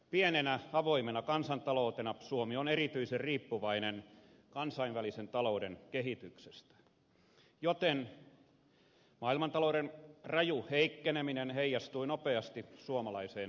pienenä avoimena kansantaloutena suomi on erityisen riippuvainen kansainvälisen talouden kehityksestä joten maailmantalouden raju heikkeneminen heijastui nopeasti suomalaiseen vientiteollisuuteen